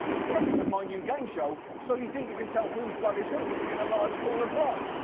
the premise of my new game show. so, you think you can tell whose blood is whose in a large pool of blood?